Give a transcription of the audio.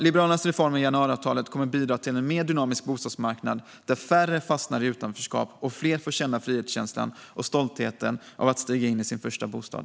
Liberalernas reformer i januariavtalet kommer att bidra till en mer dynamisk bostadsmarknad där färre fastnar i utanförskap och fler får känna frihetskänslan och stoltheten av att stiga in i sin första bostad.